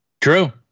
True